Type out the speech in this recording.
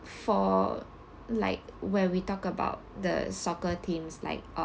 for like where we talk about the soccer teams like